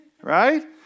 right